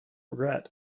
regret